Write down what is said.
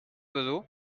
oiseaux